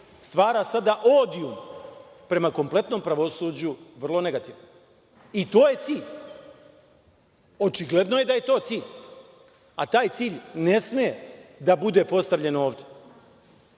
stvara sada odijum prema kompletnom pravosuđu, vrlo negativan. I to je cilj. Očigledno je da je to cilj. A tak cilj ne sme da bude postavljen